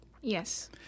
Yes